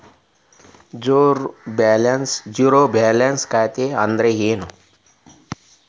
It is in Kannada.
ಝೇರೋ ಬ್ಯಾಲೆನ್ಸ್ ಖಾತೆ ಅಂದ್ರೆ ಏನು?